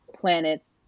planets